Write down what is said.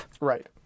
Right